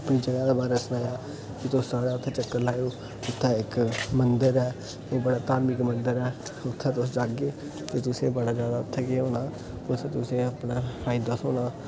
अपनी जगहा दे बारै च सनाया आयो उत्थै चक्कर लायो उत्थै एक मंदर ऐ ओह् बड़ा धार्मिक मंदर ऐ उथै तुस जागे ते तुस बड़ा ज्यादा उत्थै के औना अस तुसे अपना फायदा थोह्ना